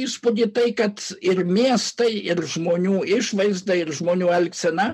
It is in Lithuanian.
įspūdį tai kad ir miestai ir žmonių išvaizda ir žmonių elgsena